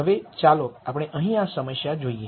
હવે ચાલો આપણે અહીં આ સમસ્યા જોઈએ